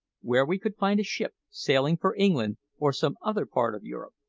where we could find a ship sailing for england or some other part of europe.